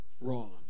wrong